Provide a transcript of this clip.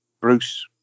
Bruce